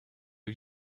are